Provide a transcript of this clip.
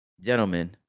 gentlemen